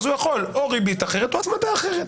אז הוא יכול או ריבית אחרת או הצמדה אחרת,